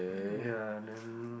ya and then